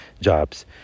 jobs